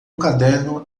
caderno